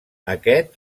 aquest